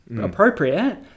appropriate